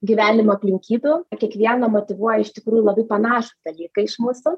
gyvenimo aplinkybių kiekvieną motyvuoja iš tikrųjų labai panašūs dalykai iš mūsų